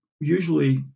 usually